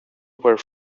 were